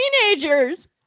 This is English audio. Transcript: teenagers